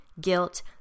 guilt